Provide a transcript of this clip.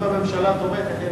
אם הממשלה תומכת אין,